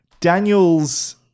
daniels